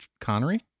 Connery